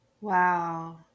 Wow